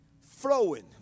flowing